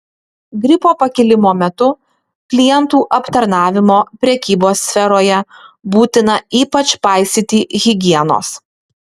gripo pakilimo metu klientų aptarnavimo prekybos sferoje būtina ypač paisyti higienos